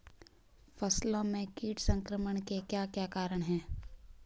फसलों में कीट संक्रमण के क्या क्या कारण है?